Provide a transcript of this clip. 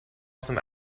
some